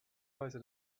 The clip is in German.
weise